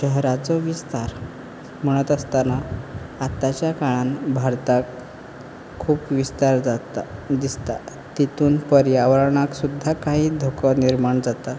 शहराचो विस्तार म्हणत आसतना आताच्या काळांत भारताक खूब विस्तार जाता दिसता तेतून पर्यावरणाक सुद्दां कांय धको निर्माण जाता